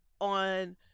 on